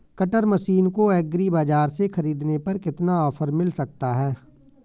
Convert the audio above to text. Cutter machine को agri बाजार से ख़रीदने पर कितना ऑफर मिल सकता है?